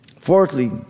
Fourthly